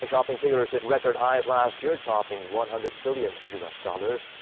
ah shopping figures hit record highs last year, topping one hundred billion us dollars.